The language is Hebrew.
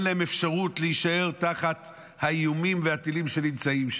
אפשרות להישאר תחת האיומים והטילים שנמצאים שם.